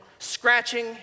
scratching